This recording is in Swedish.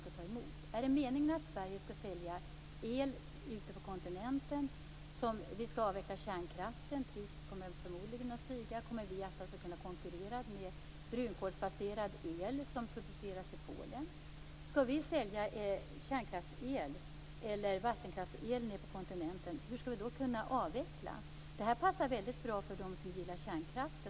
Är det meningen att Sverige skall sälja el till kontinenten samtidigt som vi skall avveckla kärnkraften? Priserna kommer då förmodligen att stiga. Kan vi konkurrera med brunkolsbaserad el som produceras i Polen? Om vi skall sälja kärnkraftsel eller vattenkraftsel på kontinenten, hur skall vi då kunna avveckla? Detta passar väldigt bra för dem som gillar kärnkraft.